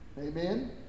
Amen